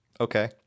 Okay